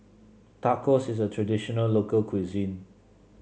tacos is a traditional local cuisine